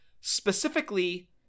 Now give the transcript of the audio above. Specifically